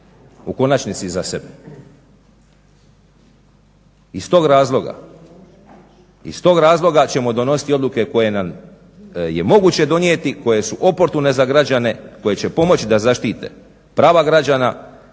u konačnici za sebe. Iz tog razloga ćemo donositi odluke koje je moguće donijeti, koje su oportune za građane, koje će pomoći da zaštite prava građana,